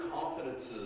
confidences